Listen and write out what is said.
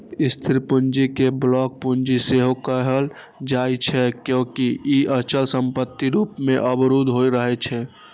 स्थिर पूंजी कें ब्लॉक पूंजी सेहो कहल जाइ छै, कियैकि ई अचल संपत्ति रूप मे अवरुद्ध रहै छै